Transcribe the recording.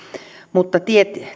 mutta tiet